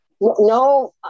no